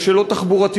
יש שאלות תחבורתיות,